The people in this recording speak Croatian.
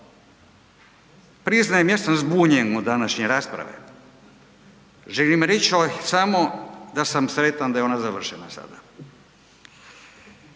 Priznajem, ja sam zbunjen u današnjoj raspravi, želim reći samo da sam sretan da je ona završila sada